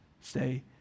stay